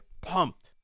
Pumped